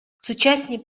сучасні